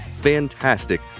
fantastic